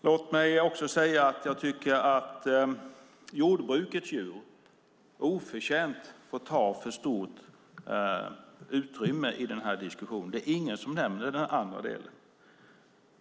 Låt mig också säga att jordbrukets djur oförtjänt har fått för stort utrymme i diskussionen. Det är ingen som nämner den andra delen.